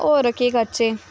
होर केह् करचै